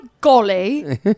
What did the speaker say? golly